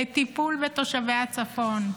לטיפול בתושבי הצפון.